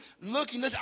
looking